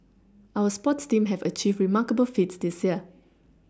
our sports teams have achieved remarkable feats this year